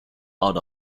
out